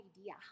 idea